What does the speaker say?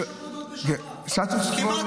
סטטוס קוו,